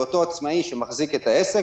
לאותו עצמאי שמחזיק את העסק,